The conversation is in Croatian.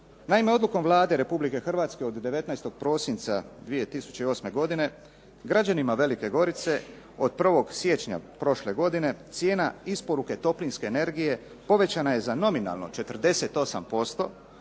Naime, odlukom Vlade Republike Hrvatske od 19. prosinca 2008. godine građanima Velike Gorice od 1. siječnja prošle godine cijena isporuke toplinske energije povećana je za nominalno 48%,